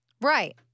Right